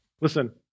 Listen